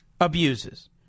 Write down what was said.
abuses